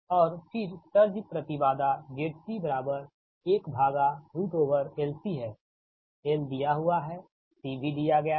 और फिर सर्ज प्रति बाधाZC1LC है L दिया हुआ है C भी दिया गया है